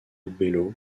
bello